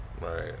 Right